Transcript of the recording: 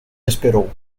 esperou